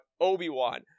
Obi-Wan